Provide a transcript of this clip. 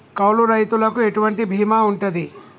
కౌలు రైతులకు ఎటువంటి బీమా ఉంటది?